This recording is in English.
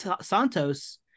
Santos